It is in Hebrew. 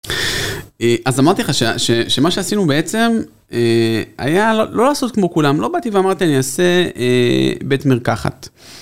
אה, אז אמרתי לך שמה שעשינו בעצם היה לא לעשות כמו כולם לא באתי ואמרתי אני אעשה אה בית מרקחת.